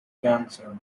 cancer